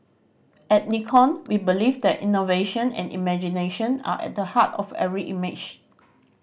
at Nikon we believe that innovation and imagination are at the heart of every image